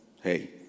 Hey